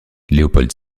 léopold